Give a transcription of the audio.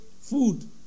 food